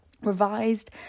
revised